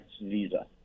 visa